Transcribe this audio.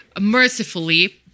mercifully